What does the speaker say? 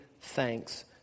thanks